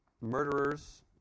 murderers